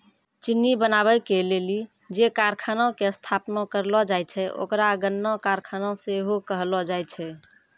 चिन्नी बनाबै के लेली जे कारखाना के स्थापना करलो जाय छै ओकरा गन्ना कारखाना सेहो कहलो जाय छै